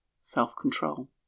self-control